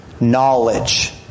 knowledge